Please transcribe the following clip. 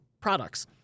products